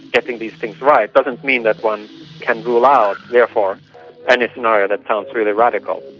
getting these things right doesn't mean that one can rule out therefore any scenario that sounds really radical.